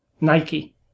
Nike